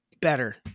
better